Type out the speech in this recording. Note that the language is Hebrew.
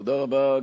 תודה רבה.